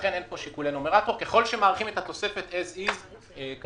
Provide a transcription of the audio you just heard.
ולכן אין פה שיקולי נומרטור ככל שמאריכים את התוספת"as is" קדימה.